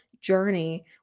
journey